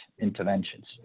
interventions